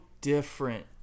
different